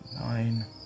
Nine